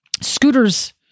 scooters